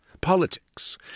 Politics